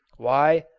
why,